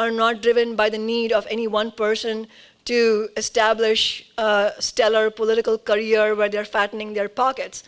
are not driven by the need of any one person to establish a stellar political career by their fattening their pockets